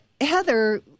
Heather